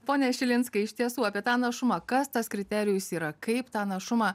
pone šilinskai iš tiesų apie tą našumą kas tas kriterijus yra kaip tą našumą